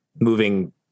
moving